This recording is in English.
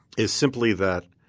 is simply that